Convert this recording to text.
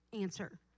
answer